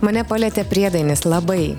mane palietė priedainis labai